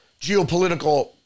geopolitical